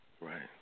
Right